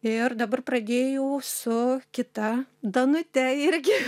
ir dabar pradėjau su kita danute irgi